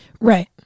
Right